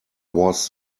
was